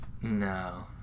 no